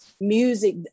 music